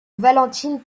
valentine